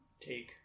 take